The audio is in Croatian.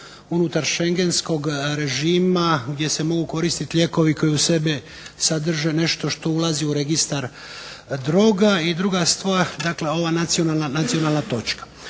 unutar Shengenskog režima gdje se mogu koristiti lijekovi koji u sebe sadrže nešto što ulazi u registar droga. I druga stvar, dakle ova nacionalna točka.